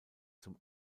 zum